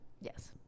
Yes